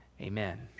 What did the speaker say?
Amen